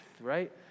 right